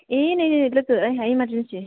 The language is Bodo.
ए नै नै नै लोगो आंहा इमारजेनसि